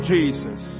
Jesus